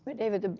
but david,